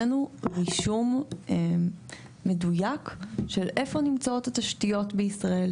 לנו רישום מדויק של איפה נמצאות התשתיות בישראל.